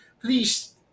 Please